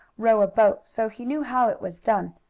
row a boat, so he knew how it was done.